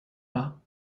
pas